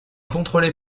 contrôlé